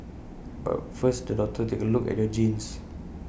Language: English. but first the doctor takes A look at your genes